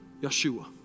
Yeshua